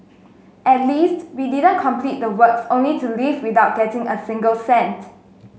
at least we didn't complete the works only to leave without getting a single cent